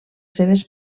seves